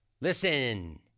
Listen